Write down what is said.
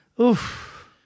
Oof